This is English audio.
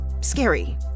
scary